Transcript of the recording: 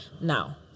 now